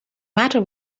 matter